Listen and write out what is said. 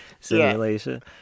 simulation